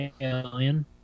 alien